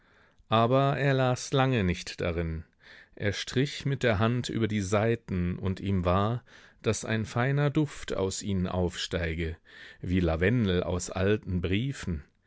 aber er las lange nicht darin er strich mit der hand über die seiten und ihm war daß ein feiner duft aus ihnen aufsteige wie lavendel aus alten briefen